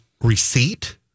receipt